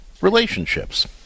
relationships